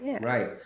right